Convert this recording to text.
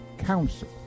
council